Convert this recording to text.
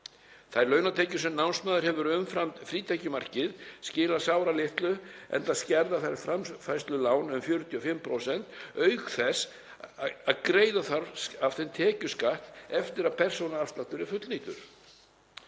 Þær launatekjur sem námsmaður hefur umfram frítekjumarkið skila sáralitlu, enda skerða þær framfærslulán um 45% auk þess að greiða þarf af þeim tekjuskatt eftir að persónuafsláttur er fullnýttur.